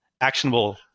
actionable